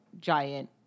giant